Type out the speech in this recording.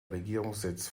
regierungssitz